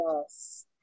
Yes